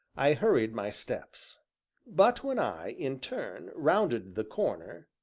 i hurried my steps but when i, in turn, rounded the corner,